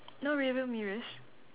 no rear view mirrors